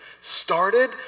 started